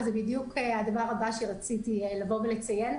וזה בדיוק הדבר הבא שרציתי לציין.